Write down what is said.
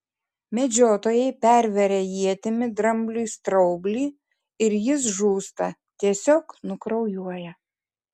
medžiotojai perveria ietimi drambliui straublį ir jis žūsta tiesiog nukraujuoja